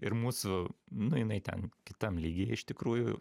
ir mūsų nu jinai ten kitam lygyje iš tikrųjų